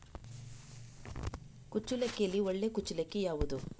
ಕುಚ್ಚಲಕ್ಕಿಯಲ್ಲಿ ಒಳ್ಳೆ ಕುಚ್ಚಲಕ್ಕಿ ಯಾವುದು?